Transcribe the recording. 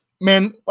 Man